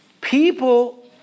people